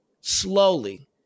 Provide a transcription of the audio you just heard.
slowly